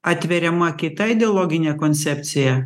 atveriama kita ideologine koncepcija